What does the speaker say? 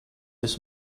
this